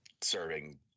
serving